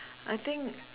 I think